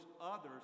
others